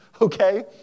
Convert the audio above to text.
okay